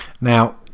Now